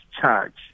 charged